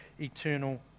eternal